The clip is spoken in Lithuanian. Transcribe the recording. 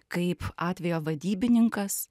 kaip atvejo vadybininkas